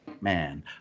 man